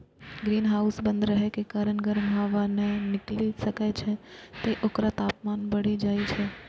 greenhouse बंद रहै के कारण गर्म हवा नै निकलि सकै छै, तें ओकर तापमान बढ़ि जाइ छै